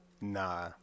Nah